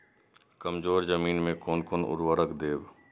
कमजोर जमीन में कोन कोन उर्वरक देब?